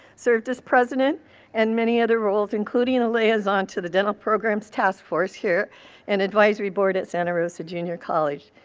served as president and many other roles, including a liaison to the dental program's taskforce here and advisory board at santa rosa junior college.